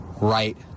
right